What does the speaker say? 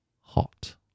hot